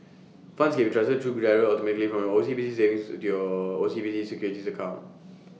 funds can be transferred through GIRO automatically from your O C B C savings still O C B C securities account